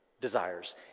desires